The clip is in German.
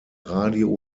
radio